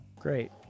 great